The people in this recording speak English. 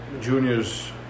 Junior's